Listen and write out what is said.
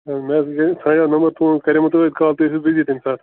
مے حظ گٕے ژھاجیو نمبَر تُہُنٛد کَریومَو توہہِ عٲدۍ کال تُہۍ ٲسیُو بِزی تٔمۍ ساتہٕ